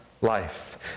life